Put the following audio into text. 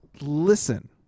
Listen